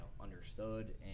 understood